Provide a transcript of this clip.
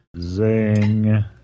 Zing